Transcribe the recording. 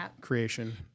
creation